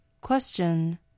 Question